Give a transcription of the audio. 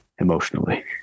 emotionally